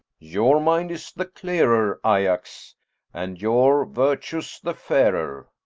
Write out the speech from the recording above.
your mind is the clearer, ajax, and your virtues the fairer.